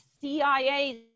CIA